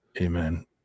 amen